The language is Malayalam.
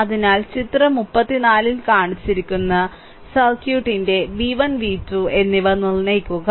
അതിനാൽ ചിത്രം 34 ൽ കാണിച്ചിരിക്കുന്ന സർക്യൂട്ടിന്റെ v1 v2 എന്നിവ നിർണ്ണയിക്കുക